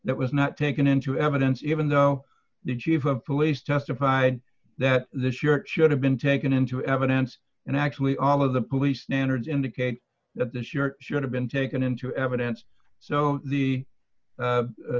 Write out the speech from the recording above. that was not taken into evidence even though the chief of police testified that the shirt should have been taken into evidence and actually all of the police standards indicate that the sure should have been taken into evidence so the